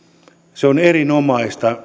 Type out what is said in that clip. se on erinomaista